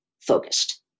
focused